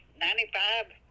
Ninety-five